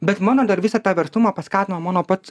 bet mano dar visą tą verslumą paskatino mano pats